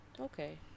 Okay